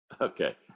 okay